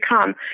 come